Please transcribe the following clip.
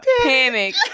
Panic